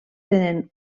tenen